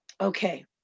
okay